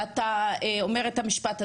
ואתה אומר את המשפט הזה.